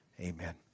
Amen